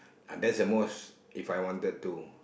that's the most If I wanted to